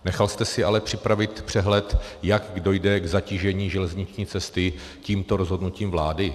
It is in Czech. Nechal jste si ale připravit přehled, jak dojde k zatížení železniční cesty tímto rozhodnutím vlády?